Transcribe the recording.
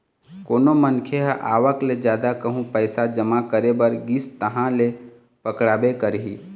कोनो मनखे ह आवक ले जादा कहूँ पइसा जमा करे बर गिस तहाँ ले पकड़ाबे करही